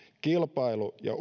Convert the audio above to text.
kilpailu ja